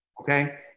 Okay